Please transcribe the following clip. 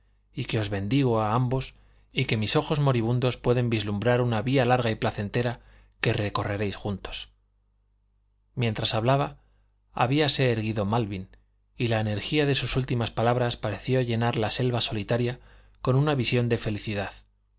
y que os bendigo a ambos y que mis ojos moribundos pueden vislumbrar una vía larga y placentera que recorreréis juntos mientras hablaba habíase erguido malvin y la energía de sus últimas palabras pareció llenar la selva solitaria con una visión de felicidad